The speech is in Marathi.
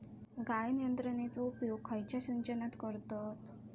गाळण यंत्रनेचो उपयोग खयच्या सिंचनात करतत?